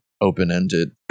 open-ended